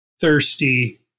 thirsty